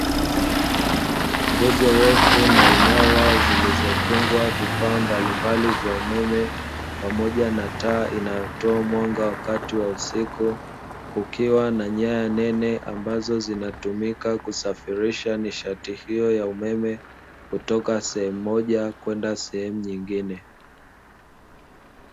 Nguzo refu na imara zilizofungwa vifaa mbalimbali vya umeme pamoja na taa inayotoa mwanga wakati wa usiku, kukiwa na nyaya nene ambazo zinazotumika kusafirisha nishati hii ya umeme kutoka sehemu moja kwenda sehemu nyingine.